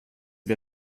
wir